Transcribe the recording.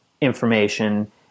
information